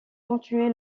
continué